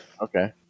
Okay